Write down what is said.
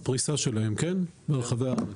הפריסה שלהם ברחבי הארץ.